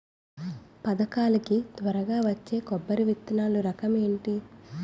పథకాల కి త్వరగా వచ్చే కొబ్బరి విత్తనాలు రకం ఏంటి?